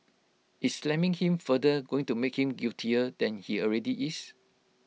is slamming him further going to make him guiltier than he already is